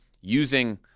using